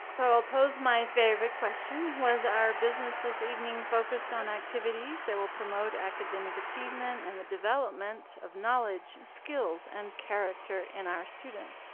so i'll pose my favorite question was our business this evening focused on activities that will promote academic achievement and the development of knowledge, skills, and character in our students?